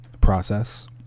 process